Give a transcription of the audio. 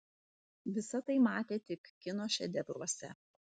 visa tai matė tik kino šedevruose